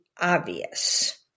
obvious